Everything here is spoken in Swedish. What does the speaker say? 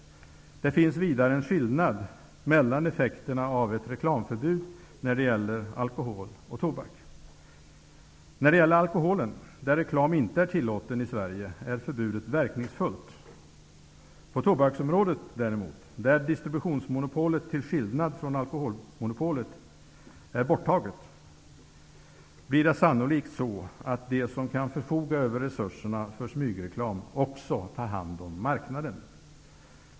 Det finns vidare en skillnad mellan effekterna av ett reklamförbud när det gäller alkohol och tobak. När det gäller alkoholen, där reklam inte är tillåten i Sverige, är förbudet verkningsfullt. På tobaksområdet -- där distributionsmonopolet är borttaget, till skillnad från hur det är på alkoholområdet -- blir det sannolikt så, att de som kan förfoga över resurserna för smygreklam också tar hand om marknaden.